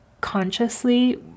consciously